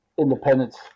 Independence